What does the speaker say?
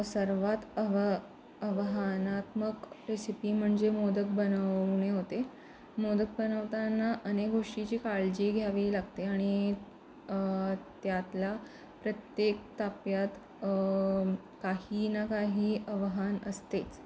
सर्वात आव्हानात्मक रेसिपी म्हणजे मोदक बनवणे होते मोदक बनवताना अनेक गोष्टीची काळजी घ्यावी लागते आणि त्यातला प्रत्येक टप्प्यात काही ना काही आव्हान असतेच